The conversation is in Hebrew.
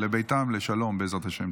לביתם בשלום, בעזרת השם.